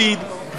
לפיד,